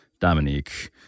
Dominique